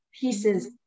pieces